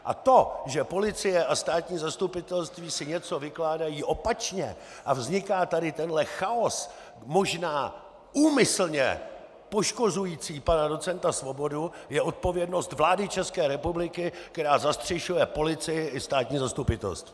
A to, že policie a státní zastupitelství si něco vykládají opačně a vzniká tady tenhle chaos možná úmyslně poškozující pana docenta Svobodu, je odpovědnost vlády České republiky, která zastřešuje policii i státní zastupitelství.